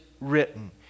written